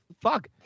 fuck